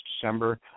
December